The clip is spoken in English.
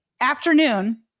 afternoon